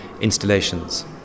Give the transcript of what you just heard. installations